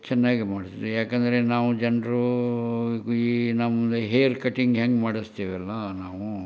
ಚೆನ್ನಾಗೆ ಮಾಡಿಸ್ದೆ ಯಾಕೆಂದರೆ ನಾವು ಜನರು ಈ ನಮ್ದು ಹೇರ್ ಕಟ್ಟಿಂಗ್ ಹೆಂಗೆ ಮಾಡಿಸ್ತೀವಲ್ಲ ನಾವು